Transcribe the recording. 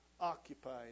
occupied